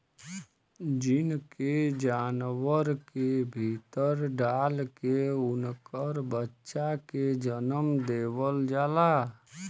gene के जानवर के भीतर डाल के उनकर बच्चा के जनम देवल जाला